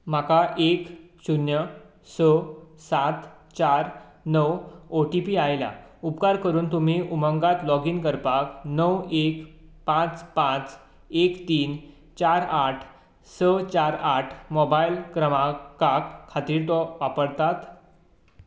म्हाका एक शुन्य स सात चार णव ओ टी पी आयला उपकार करून तुमी उमंगात लॉगीन करपाक णव एक पांच पांच एक तीन चार आठ स चार आठ मोबायल क्रमांकाक खातीर तो वापरतात